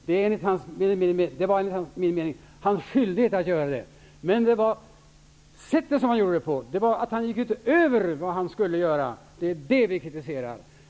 Det var enligt min mening hans skyldighet att göra det. Men det gäller sättet som han gjorde det på. Han gick utöver vad han skulle göra. Det är det som vi kritiserar.